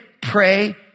pray